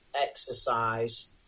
exercise